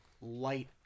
light